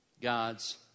God's